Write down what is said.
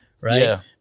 right